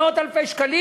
מאות אלפי שקלים?